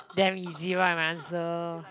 damn easy right my answer